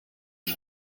die